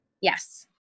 Yes